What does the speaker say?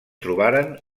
trobaren